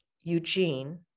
Eugene